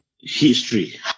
history